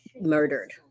murdered